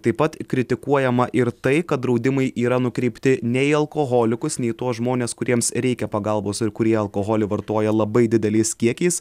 taip pat kritikuojama ir tai kad draudimai yra nukreipti ne į alkoholikus ne į tuos žmones kuriems reikia pagalbos ir kurie alkoholį vartoja labai dideliais kiekiais